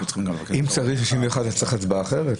אם צריך 61 אז צריך הצבעה אחרת?